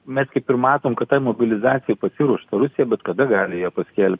mes kaip ir matom kad tai mobilizacijai pasiruošta rusija bet kada gali ją paskelbt